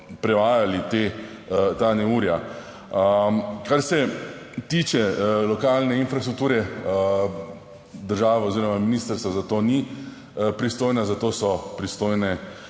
prevajali ta neurja. Kar se tiče lokalne infrastrukture, država oziroma ministrstvo za to ni pristojna, za to so pristojne